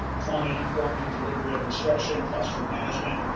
trauma informed delivery of instruction, classroom management,